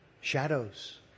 Shadows